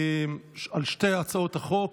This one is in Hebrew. על שתי הצעות החוק,